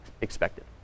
expected